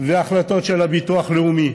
והחלטות של הביטוח הלאומי.